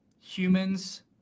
humans